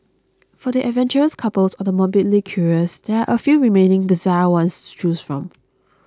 for the adventurous couples or the morbidly curious there are a few remaining bizarre ones to choose from